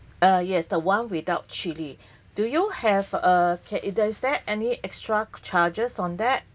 ah yes the one without chili do you have err does there any extra charges on that